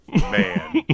man